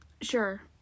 Sure